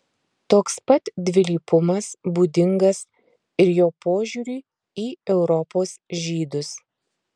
toks pat dvilypumas būdingas ir jo požiūriui į europos žydus